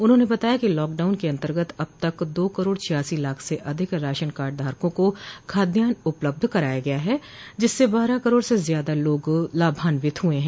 उन्होंने बताया कि लॉकडाउन के अन्तर्गत अब तक दो करोड़ छियासी लाख से अधिक राशनकार्ड धारकों को खाद्यान उपलब्ध कराया गया है जिससे बारह करोड़ से ज्यादा लोग लाभान्वित हुए हैं